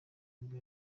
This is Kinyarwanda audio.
nibwo